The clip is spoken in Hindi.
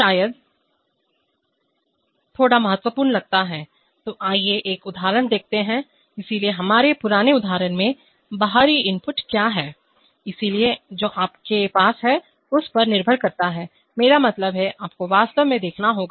तो शायद थोड़ा महत्वपूर्ण लगता है तो आइए एक उदाहरण देखते हैं इसलिए हमारे पुराने उदाहरण में बाहरी इनपुट क्या हैं इसलिए जो आपके पास है उस पर निर्भर करता है मेरा मतलब है आपको वास्तव में देखना होगा